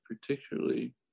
particularly